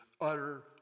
utter